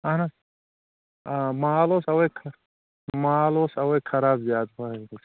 اَہن حظ آ مال اوس اَوَے مال اوس اَوَے خراب زیادٕ پَہَن